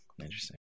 Interesting